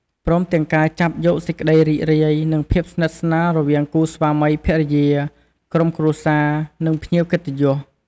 ព្រមទាំងការចាប់យកសេចក្តីរីករាយ និងភាពស្និទ្ធស្នាលរវាងគូស្វាមីភរិយា ក្រុមគ្រួសារ និងភ្ញៀវកិត្តិយស។